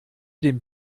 dem